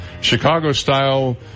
Chicago-style